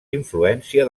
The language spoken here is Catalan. influència